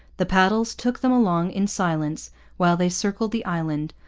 the paddles took them along in silence while they circled the island,